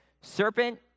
serpent